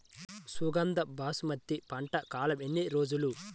సుగంధ బాసుమతి పంట కాలం ఎన్ని రోజులు?